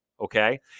Okay